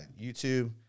YouTube